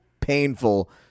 painful